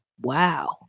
Wow